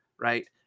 right